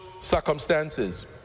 circumstances